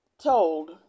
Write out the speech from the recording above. told